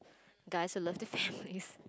guys who love their families